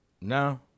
No